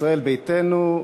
ישראל ביתנו,